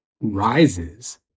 rises